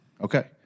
Okay